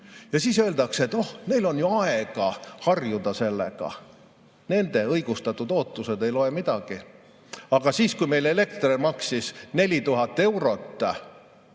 Ja siis öeldakse, et neil on aega harjuda sellega, nende õigustatud ootused ei loe midagi. Aga siis, kui meil elekter maksis 4000 eurot,